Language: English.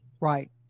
Right